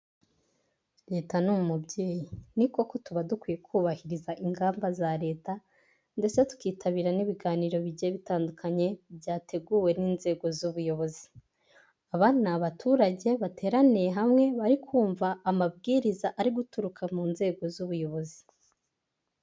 Leta ni umubyeyi ni koko tuba dukwiye kubahiriza ingamba za leta ndetse tukitabira n'ibiganiro bigiye bitandukanye byateguwe n'inzego z'ubuyobozi, aba ni abaturage bateraniye hamwe bari kumva amabwiriza ari guturuka mu nzego z'ubuyobozi.